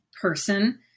person